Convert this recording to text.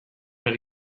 ari